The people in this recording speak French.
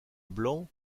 blanc